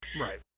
Right